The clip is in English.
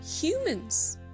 humans